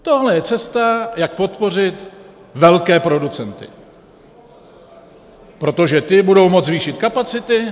Tohle je cesta, jak podpořit velké producenty, protože ti budou moci zvýšit kapacity.